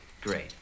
Great